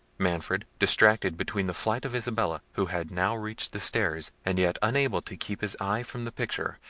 manfred, distracted between the flight of isabella, who had now reached the stairs and yet unable to keep his eyes from the picture,